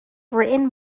written